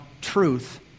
truth